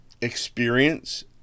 experience